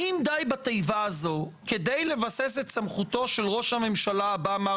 האם די בתיבה הזאת כדי לבסס את סמכותו של ראש הממשלה הבא מר